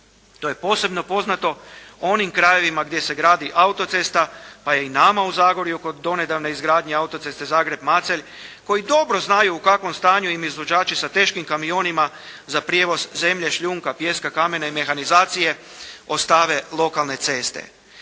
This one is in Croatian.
To je posebno poznato onim krajevima gdje se gradi autocesta pa je i nama u Zagorju kod donedavne izgradnje autoceste Zagreb-Macelj koji dobro znaju u kakvom stanju im izvođači sa teškim kamionima za prijevoz zemlje, šljunka, pijeska, kamena i mehanizacije, ostave lokalne ceste.